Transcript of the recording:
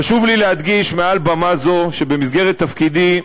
חשוב לי להדגיש מעל במה זו שבמסגרת תפקידי,